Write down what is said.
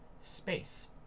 space